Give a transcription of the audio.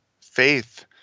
faith